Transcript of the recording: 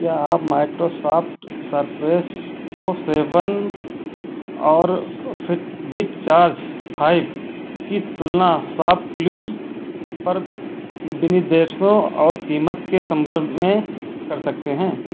क्या आप कृपया शॉपक्लूज़ से मेरे माइक्रोसॉफ्ट सर्फेस प्रो सेवन और फिटबिट चार्ज फाइब की तुलना विनिर्देशों और कीमत के संदर्भ में कर सकते हैं